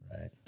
right